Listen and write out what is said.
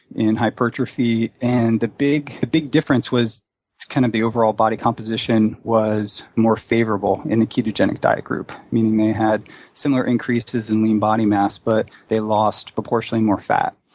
in hypertrophy. and the big the big difference was kind of the overall body composition was more favorable in the ketogenic diet group, meaning they had similar increases in lean body mass, but they lost proportionately more fat.